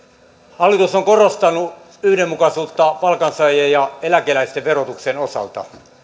hallitus on korostanut yhdenmukaisuutta palkansaajien ja eläkeläisten verotuksen osalta